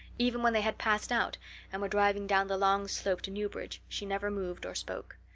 even when they had passed out and were driving down the long slope to newbridge she never moved or spoke.